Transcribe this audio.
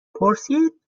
پرسید